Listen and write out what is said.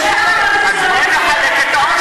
לשנינו אכפת מתושבי הפריפריה.